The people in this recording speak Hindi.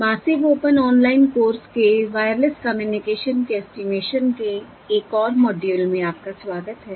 मासिव ओपन ऑनलाइन कोर्स के वायरलेस कम्युनिकेशन के ऐस्टीमेशन के एक और मॉड्यूल में आपका स्वागत है